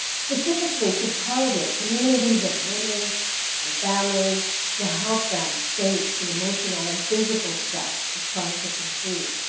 specifically to target communities of women and families to help them face the emotional and physical stress of trying to conceive.